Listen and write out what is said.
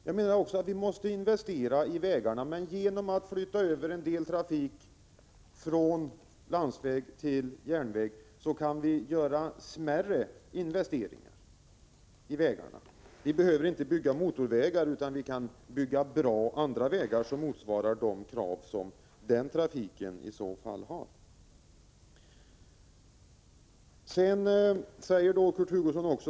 Jag menar också att vi måste investera i vägarna, men genom att flytta över en del trafik från landsväg till järnväg kan vi göra mindre investeringar i vägarna. Vi behöver inte bygga motorvägar, utan vi kan bygga bra andra vägar, som motsvarar de krav som den trafiken i så fall ställer.